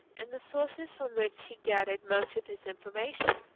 and the sources from which he gathered much of his information.